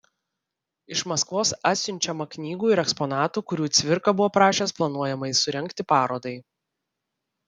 iš maskvos atsiunčiama knygų ir eksponatų kurių cvirka buvo prašęs planuojamai surengti parodai